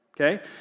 okay